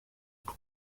rugo